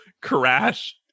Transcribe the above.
crash